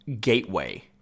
gateway